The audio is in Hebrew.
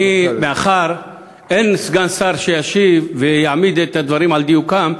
מאחר שאין סגן שר שישיב ויעמיד את הדברים על דיוקם,